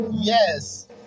Yes